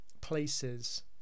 places